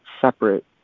separate